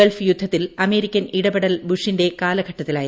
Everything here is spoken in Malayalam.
ഗൾഫ് യുദ്ധത്തിൽ അമേരിക്കൻ ഇടപെടൽ ബ്രുഷിന്റെ കാലഘട്ടത്തിലായിരുന്നു